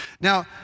Now